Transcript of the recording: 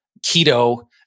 keto